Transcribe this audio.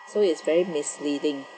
so it's very misleading